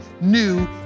new